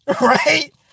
Right